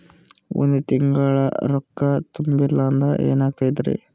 ಒಂದ ತಿಂಗಳ ರೊಕ್ಕ ತುಂಬಿಲ್ಲ ಅಂದ್ರ ಎನಾಗತೈತ್ರಿ?